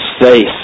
face